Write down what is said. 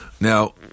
Now